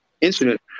incident